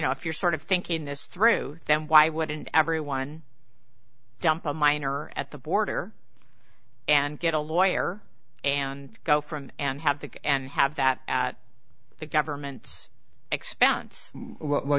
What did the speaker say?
know if you're sort of thinking this through then why wouldn't everyone dump a minor at the border and get a lawyer and go from and have that and have that at the government's expense w